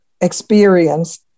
experience